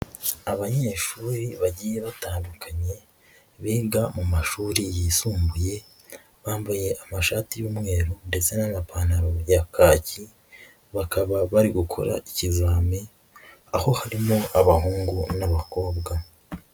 Abanyeshuri bagiye batandukanye biga mu mashuri yisumbuye, bambaye amashati y'umweru ndetse n'amapantaro ya kaki, bakaba bari gukora ikizami, aho harimo abahungu n'abakobwa.